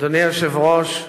אדוני היושב-ראש,